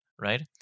right